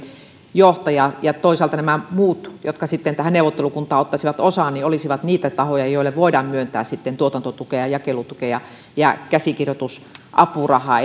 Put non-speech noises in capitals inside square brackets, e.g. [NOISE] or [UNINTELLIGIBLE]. johtaja ja toisaalta nämä muut jotka tähän neuvottelukuntaan ottaisivat osaa olisivat niitä tahoja joille voidaan myöntää tuotantotukea jakelutukea ja käsikirjoitusapurahaa [UNINTELLIGIBLE]